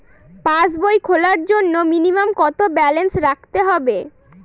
পাসবই খোলার জন্য মিনিমাম কত ব্যালেন্স রাখতে হবে?